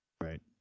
right